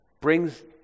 brings